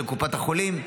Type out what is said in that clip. של קופת החולים,